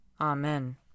Amen